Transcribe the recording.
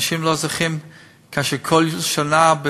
אנשים לא זוכרים שכל שנה,